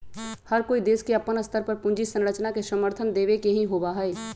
हर कोई देश के अपन स्तर पर पूंजी संरचना के समर्थन देवे के ही होबा हई